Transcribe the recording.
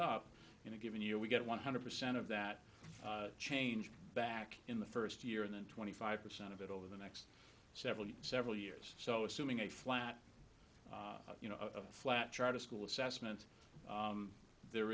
up in a given year we get one hundred percent of that change back in the first year and then twenty five percent of it over the next several several years so assuming a flat flat charter school assessments there